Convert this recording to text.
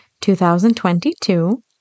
2022